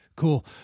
Cool